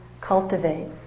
cultivate